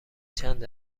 چند